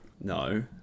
No